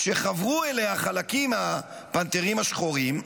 כשחברו אליה חלקים מהפנתרים השחורים.